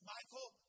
Michael